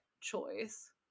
choice